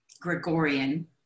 Gregorian